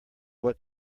what